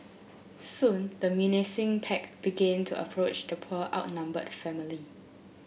soon the menacing pack began to approach the poor outnumbered family